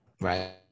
right